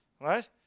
Right